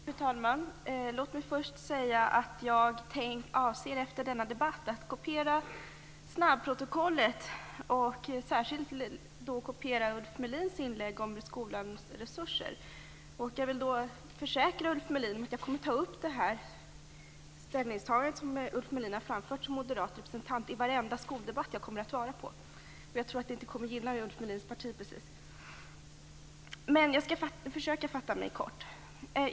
Fru talman! Låt mig först säga att jag avser att efter denna debatt kopiera snabbprotokollet, och särskilt Ulf Melins inlägg om skolans resurser. Jag vill då försäkra Ulf Melin att jag i varje skoldebatt som jag kommer att delta i skall ta upp det ställningstagande som han har framfört som moderat representant. Jag tror inte att det kommer att gynna Ulf Melins parti. Jag skall försöka fatta mig kort.